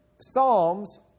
Psalms